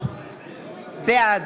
בעד